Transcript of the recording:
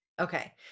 Okay